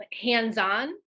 hands-on